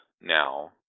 now